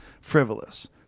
frivolous